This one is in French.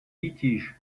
litiges